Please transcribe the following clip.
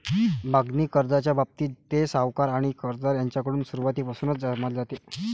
मागणी कर्जाच्या बाबतीत, ते सावकार आणि कर्जदार यांच्याकडून सुरुवातीपासूनच समजले जाते